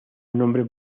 nombre